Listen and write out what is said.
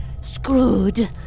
screwed